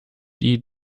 die